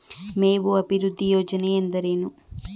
ಮೇವು ಅಭಿವೃದ್ಧಿ ಯೋಜನೆ ಎಂದರೇನು?